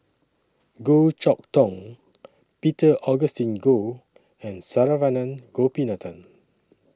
Goh Chok Tong Peter Augustine Goh and Saravanan Gopinathan